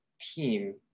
team